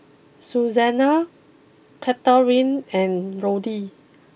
Susana Catharine and Roddy